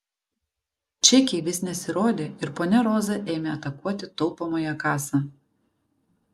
čekiai vis nesirodė ir ponia roza ėmė atakuoti taupomąją kasą